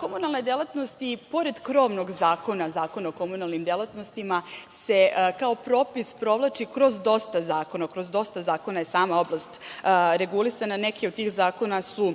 Komunalne delatnosti, pored krovnog zakona, Zakona o komunalnim delatnostima, se kao propis provlači kroz dosta zakona. Kroz dosta je sama oblast regulisana. Neki od tih zakona su